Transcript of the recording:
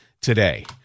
today